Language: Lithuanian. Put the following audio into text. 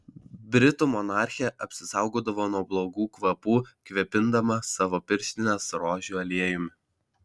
britų monarchė apsisaugodavo nuo blogų kvapų kvėpindama savo pirštines rožių aliejumi